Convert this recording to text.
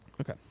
Okay